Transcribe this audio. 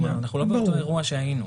כלומר אנחנו לא באותו אירוע שהיינו.